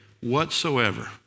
whatsoever